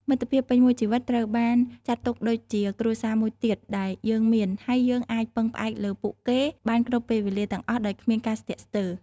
មិត្តភាពពេញមួយជីវិតត្រូវបានចាត់ទុកដូចជាគ្រួសារមួយទៀតដែលយើងមាន ហើយយើងអាចពឹងផ្អែកលើពួកគេបានគ្រប់ពេលវេលាទាំងអស់ដោយគ្មានការស្ទាក់ស្ទើរ។